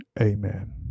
Amen